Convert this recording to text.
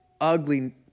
ugly